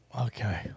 Okay